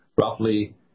roughly